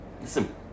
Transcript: Listen